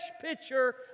picture